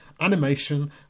animation